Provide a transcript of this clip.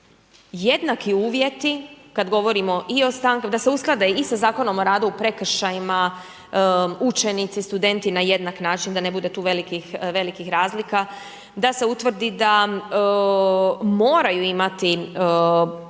jednaki uvjeti, kad govorimo da se usklade i sa Zakonom o radu u prekršajima, učenici, studenti na jednak način, da ne bude tu velikih razlika, da se utvrdi da moraju imati